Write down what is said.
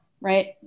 right